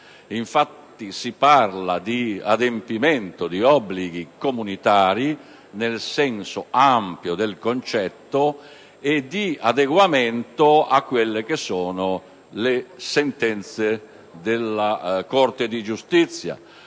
infatti, si parla di adempimento di obblighi comunitari nel senso ampio del termine e di adeguamento alle sentenze della Corte di giustizia,